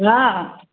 हाँ